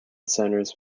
centers